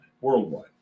worldwide